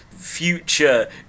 future